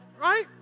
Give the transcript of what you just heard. right